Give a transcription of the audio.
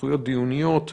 בזכויות דיוניות ועוד.